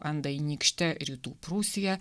andainykšte rytų prūsija